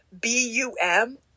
b-u-m